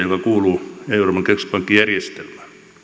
joka kuuluu euroopan keskuspankkijärjestelmään